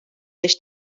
beş